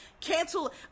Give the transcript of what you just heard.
cancel